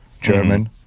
German